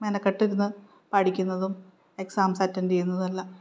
മെനക്കെട്ടിരുന്ന് പഠിക്കുന്നതും exams attend ചെയ്യുന്നതുമെല്ലാം